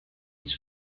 its